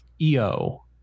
EO